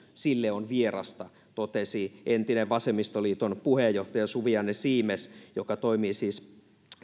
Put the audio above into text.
sille on vierasta näin totesi entinen vasemmistoliiton puheenjohtaja suvi anne siimes joka toimii siis